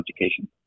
education